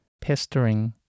pestering